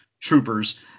troopers